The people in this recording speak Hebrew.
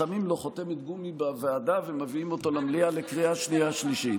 שמים לו חותמת גומי בוועדה ומביאים אותו למליאה לקריאה שנייה ושלישית.